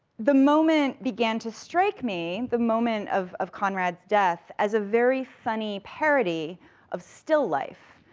the moment began to strike me, the moment of of conrad's death, as a very funny parody of still life,